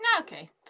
Okay